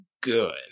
good